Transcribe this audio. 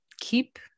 keep